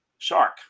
shark